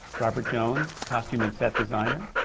robert jones, costume and set designer.